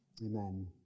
Amen